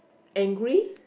angry